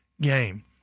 game